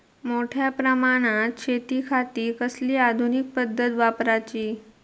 मोठ्या प्रमानात शेतिखाती कसली आधूनिक पद्धत वापराची?